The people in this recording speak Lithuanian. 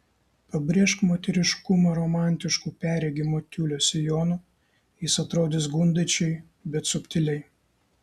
pabrėžk moteriškumą romantišku perregimo tiulio sijonu jis atrodys gundančiai bet subtiliai